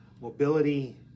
Mobility